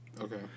Okay